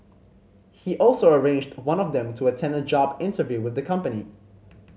he also arranged one of them to attend a job interview with the company